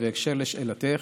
ובהקשר של שאלתך,